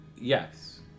yes